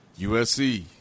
USC